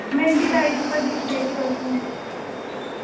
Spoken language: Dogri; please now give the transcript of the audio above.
में इं'दी डायरी उप्पर लिखी देगी तुसें ई